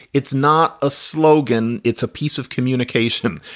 it's not a slogan. it's a piece of communication.